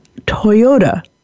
Toyota